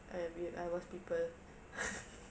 I agree I was people